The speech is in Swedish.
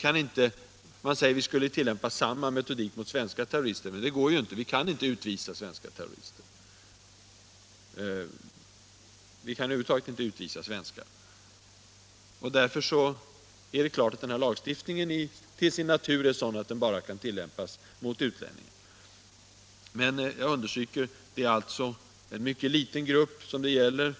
Det har sagts att vi borde tillämpa samma metodik mot svenska terrorister, men det går inte. Vi kan ju inte utvisa svenska terrorister, för vi kan över huvud taget inte utvisa svenskar. Jag understryker emellertid att det är en mycket liten grupp som det gäller.